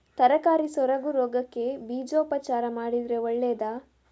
ತರಕಾರಿ ಸೊರಗು ರೋಗಕ್ಕೆ ಬೀಜೋಪಚಾರ ಮಾಡಿದ್ರೆ ಒಳ್ಳೆದಾ?